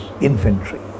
infantry